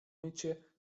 mycie